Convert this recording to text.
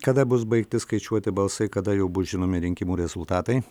kada bus baigti skaičiuoti balsai kada jau bus žinomi rinkimų rezultatai